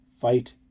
fight